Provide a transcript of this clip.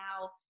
now